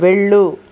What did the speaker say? వెళ్ళు